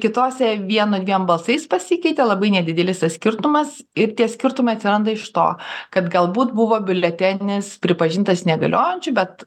kitose vienu dviem balsais pasikeitė labai nedidelis tas skirtumas ir tie skirtumai atsiranda iš to kad galbūt buvo biuletenis pripažintas negaliojančiu bet